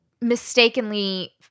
mistakenly